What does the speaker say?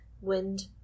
wind